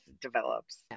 develops